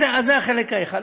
אז זה החלק האחד.